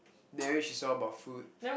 marriage is all about food